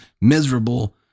miserable